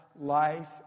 life